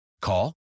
call